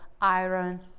iron